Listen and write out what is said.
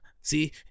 see